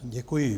Děkuji.